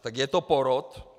Tak je to porod!